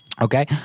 Okay